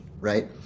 right